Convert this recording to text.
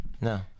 No